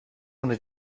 ohne